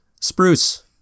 Spruce